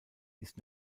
ist